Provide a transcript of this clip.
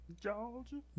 Georgia